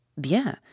Bien